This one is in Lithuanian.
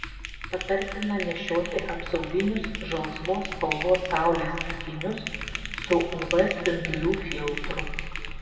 patartina nešioti apsauginius žalsvos spalvos saulės akinius su uv spindulių filtru